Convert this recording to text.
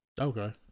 Okay